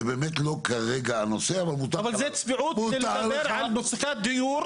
זה באמת לא כרגע הנושא --- אבל זו צביעות לדבר על נושא הדיור,